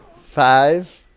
Five